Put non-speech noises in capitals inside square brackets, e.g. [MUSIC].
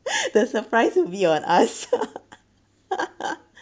the surprise will be on us [LAUGHS]